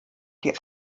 die